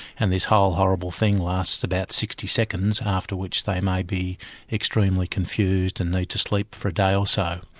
and this whole horrible thing lasts about sixty seconds, after which they may be extremely confused and need to sleep for a day or so.